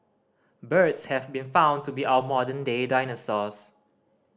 birds have been found to be our modern day dinosaurs